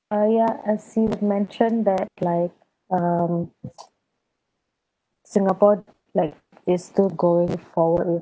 uh ya as you mention that like um singapore like is still going forward with